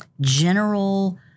general